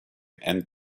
and